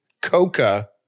Coca